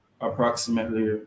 approximately